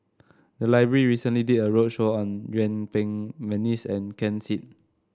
the library recently did a roadshow on Yuen Peng McNeice and Ken Seet